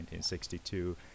1962